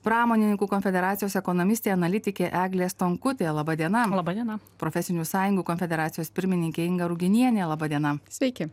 pramonininkų konfederacijos ekonomistė analitikė eglė stonkutė laba diena laba diena profesinių sąjungų konfederacijos pirmininkė inga ruginienė laba diena sveiki